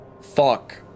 Fuck